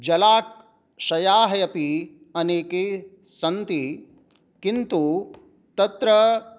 जलाशयाः अपि अनेके सन्ति किन्तु तत्र